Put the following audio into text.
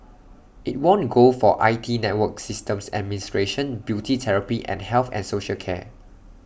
IT won gold for I T network systems administration beauty therapy and health and social care